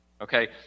okay